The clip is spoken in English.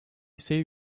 save